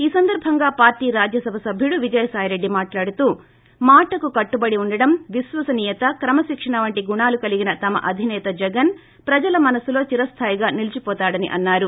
ఈ సందర్భంగా పార్టీ రాజ్యసభ సభ్యుడు విజయసాయి రెడ్డి మాట్లాడుతూ మాటకు కట్టుబడి ఉండడం విశ్వసనీయత క్రమశిక్షణ వంటి గుణాలు కలిగిన తమ అధినేత జగన్ ప్రజల మనస్పులో చిర స్థాయిగా నిలిచిపోతాడని అన్నారు